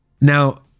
Now